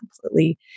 completely